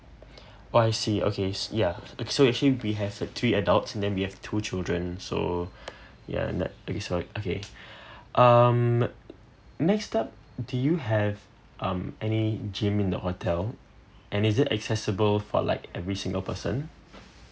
oh I see okay ya so actually we have a three adults and then we have two children so ya and that okay so I okay um may I do you have um any gym in the hotel and is it accessible for like every single person